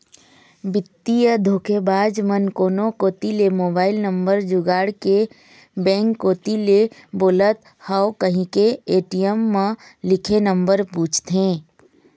बित्तीय धोखेबाज मन कोनो कोती ले मोबईल नंबर जुगाड़ के बेंक कोती ले बोलत हव कहिके ए.टी.एम म लिखे नंबर पूछथे